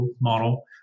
model